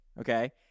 okay